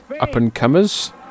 up-and-comers